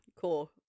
Cool